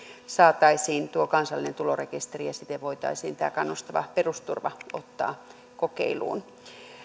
saataisiin tuo kansallinen tulorekisteri ja siten voitaisiin tämä kannustava perusturva ottaa kokeiluun